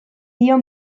dio